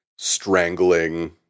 strangling